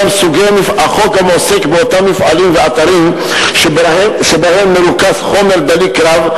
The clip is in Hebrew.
החוק גם עוסק באותם מפעלים ואתרים שבהם מרוכז חומר דליק רב,